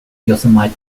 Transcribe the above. yosemite